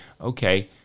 okay